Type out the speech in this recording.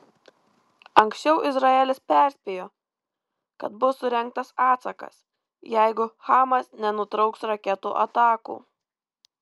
anksčiau izraelis perspėjo kad bus surengtas atsakas jeigu hamas nenutrauks raketų atakų